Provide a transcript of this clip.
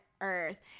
earth